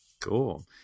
Cool